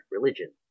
religion